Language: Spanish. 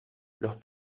los